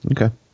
okay